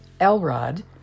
Elrod